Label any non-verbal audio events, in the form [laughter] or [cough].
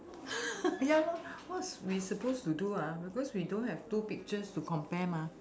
[laughs] ya lor what's we supposed to do ah because we don't have two pictures to compare mah